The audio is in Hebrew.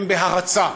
הם בהרצה?